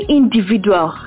individual